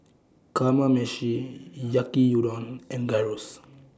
Kamameshi Yaki Udon and Gyros